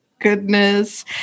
goodness